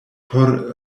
por